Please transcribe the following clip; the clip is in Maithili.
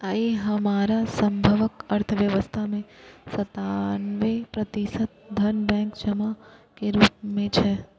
आइ हमरा सभक अर्थव्यवस्था मे सत्तानबे प्रतिशत धन बैंक जमा के रूप मे छै